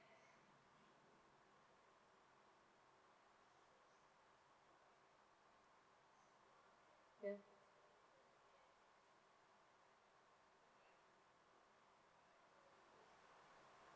yes